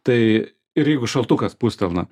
tai ir jeigu šaltukas spustelna